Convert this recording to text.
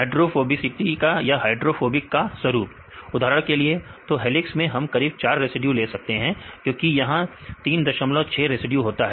विद्यार्थी हाइड्रोफोबिक का स्वरूप स्वरूप सही है उदाहरण के लिए तो हेलिक्स में हम करीब 4 रेसिड्यू ले सकते हैं क्योंकि यहां 36 रेसिड्यू होता है